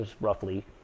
roughly